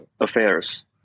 affairs